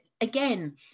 again